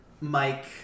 Mike